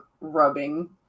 rubbing